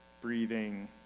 breathing